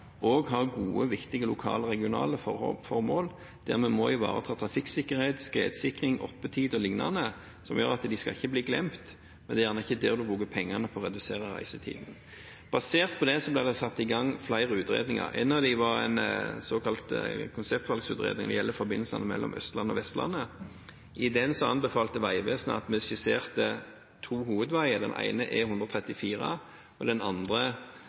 har gode, viktige lokale og regionale formål der vi må ivareta trafikksikkerhet, skredsikring, oppetid o.l., som gjør at de ikke skal bli glemt, men det er gjerne ikke der en bruker pengene for å redusere reisetiden. Basert på det ble det satt i gang flere utredninger. En av dem var en såkalt konseptvalgutredning og gjelder forbindelsene mellom Østlandet og Vestlandet. I den anbefalte Vegvesenet at vi skisserte to hovedveier. Den ene er E134, og den andre